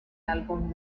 álbum